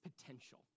potential